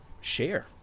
share